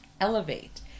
Elevate